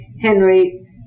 Henry